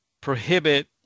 prohibit